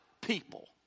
people